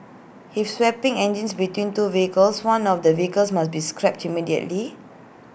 if swapping engines between two vehicles one of the vehicles must be scrapped immediately